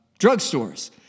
drugstores